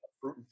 fruit